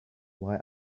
why